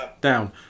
down